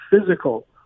physical